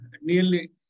nearly